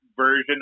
version